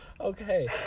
Okay